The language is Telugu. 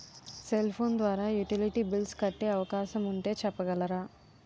నా సెల్ ఫోన్ ద్వారా యుటిలిటీ బిల్ల్స్ కట్టే అవకాశం ఉంటే చెప్పగలరా?